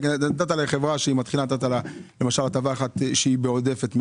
לחברה מתחילה נתת למשל הטבה אחת שהיא עודפת על